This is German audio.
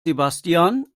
sebastian